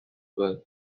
were